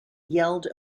yelled